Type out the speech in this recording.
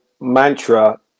mantra